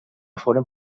foren